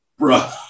Bruh